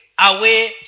away